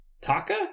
Taka